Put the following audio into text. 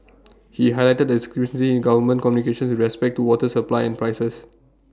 he highlighted A discrepancy in government communications respect to water supply and prices